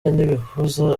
ntibibuza